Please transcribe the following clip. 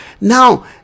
Now